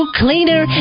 cleaner